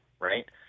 right